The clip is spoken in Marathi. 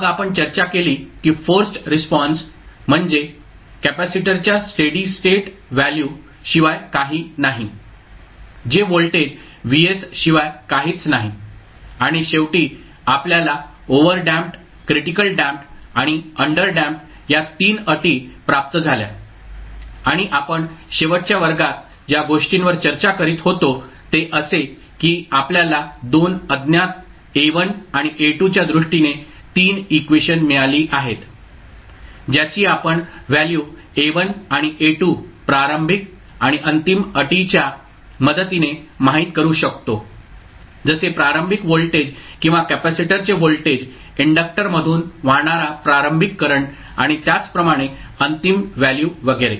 मग आपण चर्चा केली की फोर्सड रिस्पॉन्स म्हणजे कॅपेसिटरच्या स्टेडी स्टेट व्हॅल्यू शिवाय काही नाही जे व्होल्टेज Vs शिवाय काहीच नाही आणि शेवटी आपल्याला ओव्हरडॅम्प्ड क्रिटिकलडॅम्प्ड आणि अंडरडॅम्प्ड या 3 अटी प्राप्त झाल्या आणि आपण शेवटच्या वर्गात ज्या गोष्टींवर चर्चा करीत होतो ते असे की आपल्याला 2 अज्ञात A1 आणि A2 च्या दृष्टीने 3 इक्वेशन मिळाली आहेत ज्याची आपण व्हॅल्यू A1 आणि A2 प्रारंभिक आणि अंतिम अटीच्या मदतीने माहित करू शकतो जसे प्रारंभिक व्होल्टेज किंवा कॅपेसिटरचे व्होल्टेज इंडक्टर मधून वाहणारा प्रारंभिक करंट आणि त्याचप्रमाणे अंतिम व्हॅल्यू वगैरे